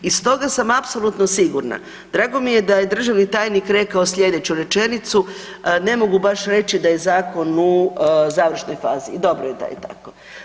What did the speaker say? I stoga sam apsolutno sigurna, drago mi je da je državni tajnik rekao sljedeću rečenicu, ne mogu baš reći da je zakon u završnoj fazi i dobro je da je tako.